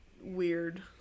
weird